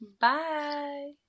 Bye